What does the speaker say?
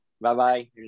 Bye-bye